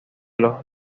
los